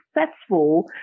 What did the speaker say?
successful